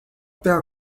terra